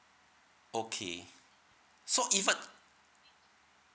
okay so even